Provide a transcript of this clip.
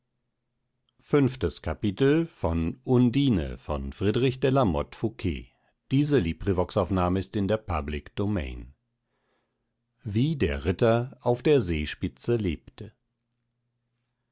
wie der ritter auf der seespitze lebte